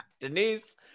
Denise